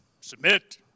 submit